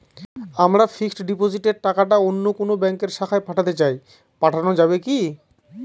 আমার ফিক্সট ডিপোজিটের টাকাটা অন্য কোন ব্যঙ্কের শাখায় পাঠাতে চাই পাঠানো যাবে কি?